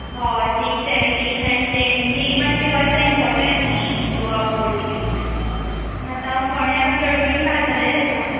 हय six seventh eighth ninth तँथ म्हणजे हीं मात्शीं वर्सां इंपॉटण न्हय गोवा बोड बी कितें तें आतां फोण्या घा चड करून घालतलें ताका